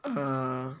err